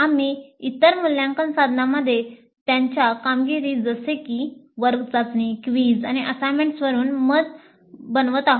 आम्ही इतर मूल्यांकन साधनांमध्ये त्यांच्या कामगिरी जसे की वर्ग चाचण्या क्विझ आणि असाइनमेंटवरून मत बनवत असतो